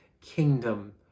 kingdom